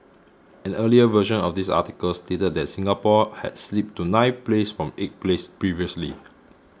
an earlier version of this article stated that Singapore had slipped to ninth place from eighth place previously